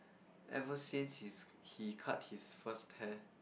ever since he's he cut his first hair